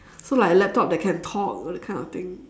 so like laptop that can talk that kind of thing